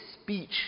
speech